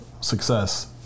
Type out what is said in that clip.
success